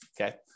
okay